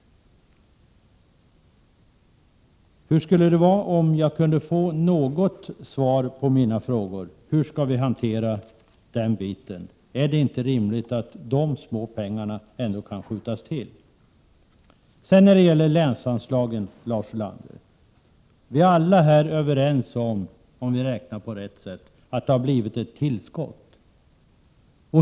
Hur skulle det vara om jag kunde få något svar på mina frågor? Hur skall vi hantera detta? Är det inte rimligt att de små pengarna ändå kan skjutas till? När det gäller länsanslagen, Lars Ulander, är vi alla överens om — om vi räknar på rätt sätt — att det har blivit ett tillskott.